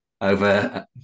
over